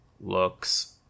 looks